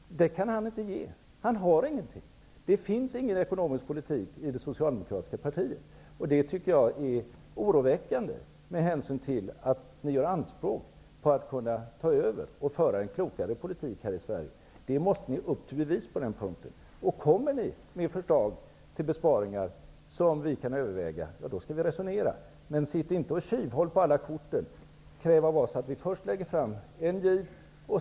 Det kan han inte ge. Han har inga. Det finns ingen ekonomisk politik i det socialdemokratiska partiet. Det är oroväckande med hänsyn till att ni gör anspråk på att kunna ta över och föra en klokare politik här i Sverige. Ni måste upp till bevis på den punkten. Om ni kommer med förslag till besparingar som vi kan överväga, skall vi resonera. Men sitt inte och tjuvhåll på alla korten och kräv av oss att vi först lägger fram en giv.